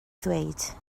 ddweud